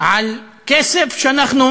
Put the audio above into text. על כסף שאנחנו